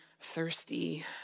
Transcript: thirsty